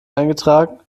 eingetragen